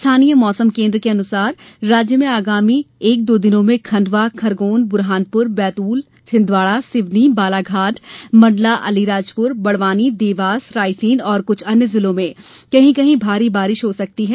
स्थानीय मौसम केंद्र के अनुसार राज्य में आगामी एक दो दिनों में खंडवा खरगोन बुरहानपुर बैतूल छिंदवाड़ा सिवनी बालाघाट मंडला अलीराजपुर बड़वानी देवास रायसेन और कुछ अन्य जिलों में कहीं कहीं भारी बारिश हो सकती है